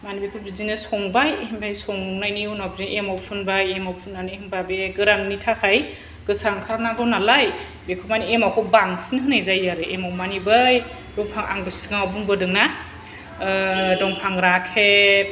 मानि बिखौ बिदिनो संबाय ओमफ्राय संनायनि उनाव बे एमाव फुनबाय एमाव फुनानै होनबा बे गोराननि थाखाय गोसा ओंखारनांगौ नालाय बेखौ मानि एमावखौ बांसिन होनाय जायो आरो एमाव मानि बै दंफां आं सिगाङाव बुंबोदों ना ओह दंफां राखेफ